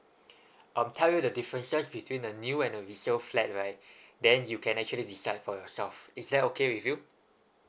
um tell you the differences between the new and a resale flat right then you can actually decide for yourself is that okay with you